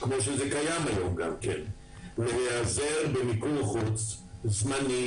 כמו שכבר קיים היום להיעזר במיקור חוץ זמני